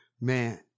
Man